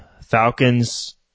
Falcons